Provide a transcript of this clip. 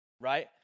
right